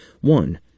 One